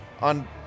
on